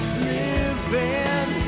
living